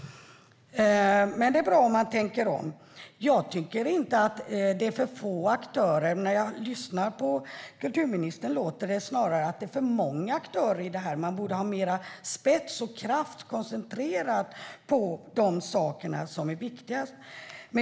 Men det är bra om man tänker om. Jag tycker inte att det är för få aktörer. När jag hör kulturministern låter det snarare som att det är för många aktörer. Man borde ha mer spets och kraft koncentrerad på de saker som är viktigast.